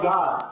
God